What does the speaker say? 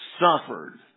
suffered